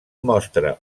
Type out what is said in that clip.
mostra